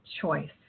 choice